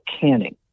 canning